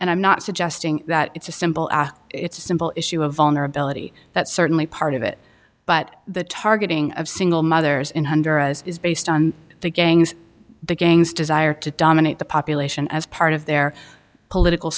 and i'm not suggesting that it's a simple it's a simple issue of vulnerability that's certainly part of it but the targeting of single mothers in wonder as is based on the gangs the gangs desire to dominate the population as part of their political